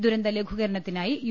ദുരന്ത ലഘൂകരണത്തിനായി യു